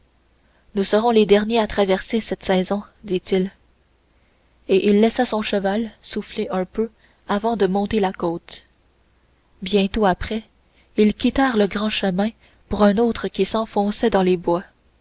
nous serons les derniers à traverser cette saison dit-il et il laissa son cheval souffler un peu avant de monter la côte bientôt après ils quittèrent le grand chemin pour un autre qui s'enfonçait dans les bois